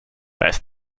weiß